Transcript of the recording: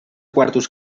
quartos